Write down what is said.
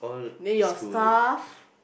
then your staff